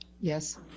yes